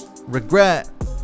regret